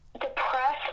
depressed